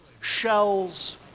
shells